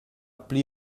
pli